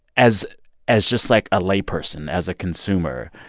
as as just, like, a layperson, as a consumer,